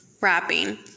wrapping